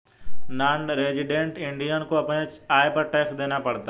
non resident Indian को अपने आय पर टैक्स देना पड़ता है